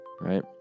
right